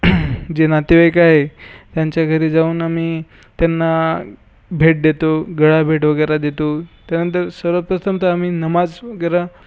जे नातेवाईक आहे त्यांच्या घरी जाऊन आम्ही त्यांना भेट देतो गळा भेट वगैरे देतो त्यानंतर सर्वप्रथमतः आम्ही नमाज वगैरे